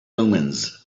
omens